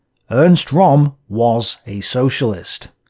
ernst rohm was a socialist.